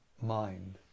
mind